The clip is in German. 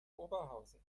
oberhausen